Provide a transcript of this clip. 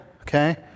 okay